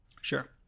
Sure